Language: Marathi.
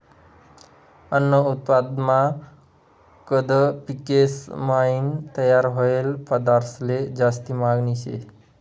अन्न उत्पादनमा कंद पिकेसपायीन तयार व्हयेल पदार्थंसले जास्ती मागनी शे